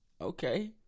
Okay